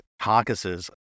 Caucuses